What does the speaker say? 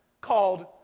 called